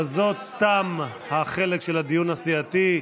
בזאת תם החלק של הדיון הסיעתי,